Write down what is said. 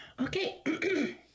Okay